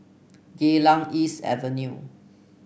Geylang East Avenue